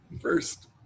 First